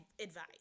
advice